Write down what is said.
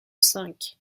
cinq